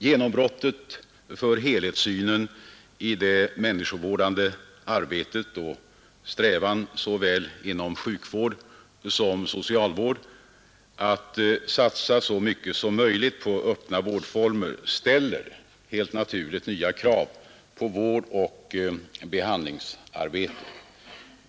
Genombrottet för helhetssynen i det människovårdande arbetet och strävan inom såväl sjukvård som socialvård att satsa så mycket som möjligt på öppna vårdformer ställer naturligt nog helt nya krav på vårdoch behandlingsarbetet.